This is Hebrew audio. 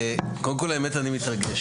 קודם כול, האמת היא שאני מתרגש.